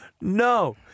No